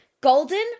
Golden